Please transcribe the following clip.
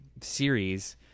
series